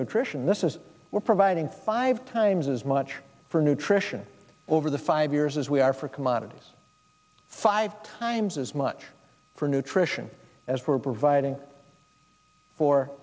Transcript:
nutrition this is we're providing five times as much for nutrition over the five years as we are for commodities five times as much for nutrition as we're providing for